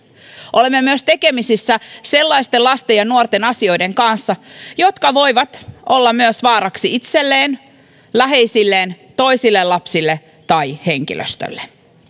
olemme myös tekemisissä sellaisten lasten ja nuorten asioiden kanssa jotka voivat olla myös vaaraksi itselleen läheisilleen toisille lapsille tai henkilöstölle